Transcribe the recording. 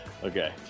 Okay